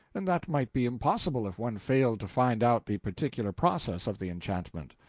and that might be impossible if one failed to find out the particular process of the enchantment.